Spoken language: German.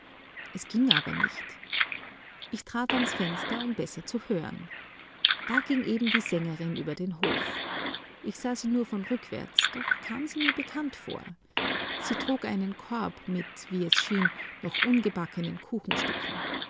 es ging aber nicht ich trat ans fenster um besser zu hören da ging eben die sängerin über den hof ich sah sie nur von rückwärts und doch kam sie mir bekannt vor sie trug einen korb mit wie es schien noch ungebackenen